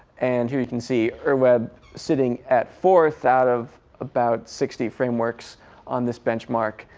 and here you can see ur web sitting at fourth out of about sixty frameworks on this benchmark.